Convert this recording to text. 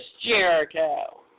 Jericho